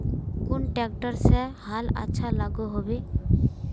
कुन ट्रैक्टर से हाल अच्छा लागोहो होबे?